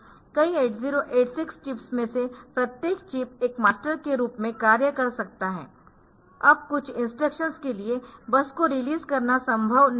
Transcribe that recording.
कई 8086 चिप्स में से प्रत्येक चिप एक मास्टर के रूप में कार्य कर सकता हैअब कुछ इंस्ट्रक्शंस के लिए बस को रिलीज़ करना संभव नहीं है